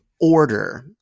order